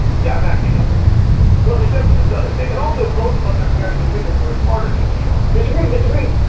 yeah, i'm actually nothing like bill clinton. well, except for the southern thing, and also both of us are married to women who are smarter than we are. mr. green, mr. green?